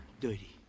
Dirty